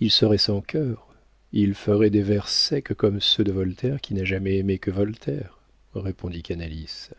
il serait sans cœur il ferait des vers secs comme ceux de voltaire qui n'a jamais aimé que voltaire répondit canalis